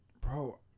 Bro